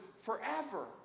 forever